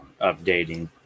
updating